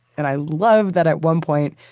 and i love that at one point,